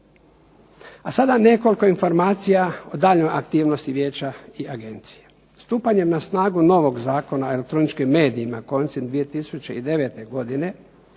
Sada nekoliko informacija o daljnjoj aktivnosti Vijeća i Agencije. Stupanjem na snagu novog Zakona o elektroničkim medijima koncem 2009. godine